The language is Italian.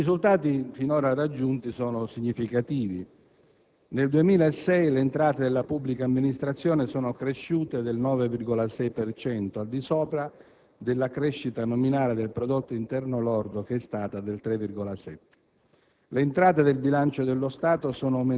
fiscale e imprese. I risultati finora raggiunti sono significativi. Nel 2006 le entrate della Pubblica amministrazione sono cresciute del 9,6 per cento, al di sopra della crescita nominale del prodotto interno lordo, che è stata del 3,7